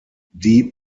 die